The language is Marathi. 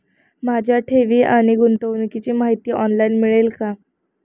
माझ्या ठेवी आणि गुंतवणुकीची माहिती ऑनलाइन मिळेल का?